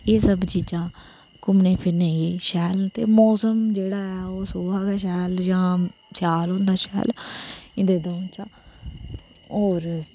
एह् सब चीजा घूमने फिरने गी शैल ना ते मौसम जेहड़ा ऐ ओह् सोहा गै शैल ते जां स्याल होंदा शैल इंदे दऊं चा ते और